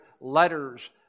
letters